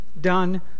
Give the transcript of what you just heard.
done